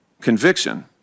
conviction